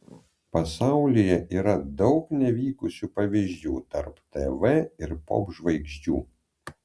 pasaulyje yra daug nevykusių pavyzdžių tarp tv ir popžvaigždžių